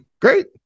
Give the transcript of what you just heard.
Great